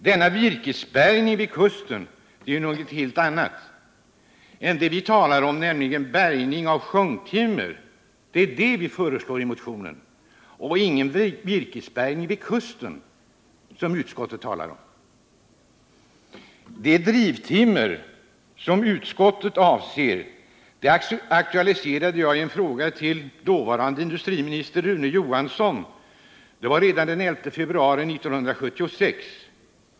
Denna ”virkesbärgning vid kusten” är något helt annat än den bärgning av sjunktimmer som motionen föreslår. Det drivtimmer som utskottet avser aktualiserade jag i en fråga till dåvarande industriministern Rune Johansson redan den 11 februari 1976.